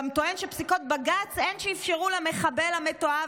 גם טוען שפסיקות בג"ץ הן שאפשרו למחבל המתועב